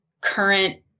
current